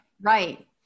right